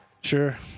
Sure